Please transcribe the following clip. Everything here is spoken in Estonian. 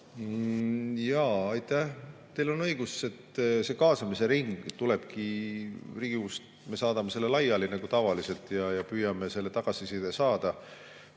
Aitäh! Teil on õigus, et see kaasamise ring tuleb, Riigikogust me saadame selle laiali nagu tavaliselt ja püüame tagasisidet saada.